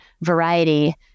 variety